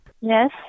Yes